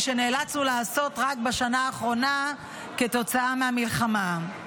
שנאלצנו לעשות רק בשנה האחרונה כתוצאה מהמלחמה.